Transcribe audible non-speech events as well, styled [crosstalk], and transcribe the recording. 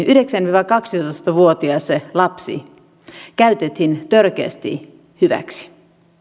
[unintelligible] yhdeksän viiva kaksitoista vuotias lapsi käytettiin törkeästi hyväksi